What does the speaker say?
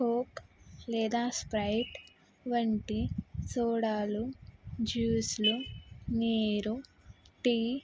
coke లేదా Sprite వంటి సోడాలు జ్యూస్లు నీరు టీ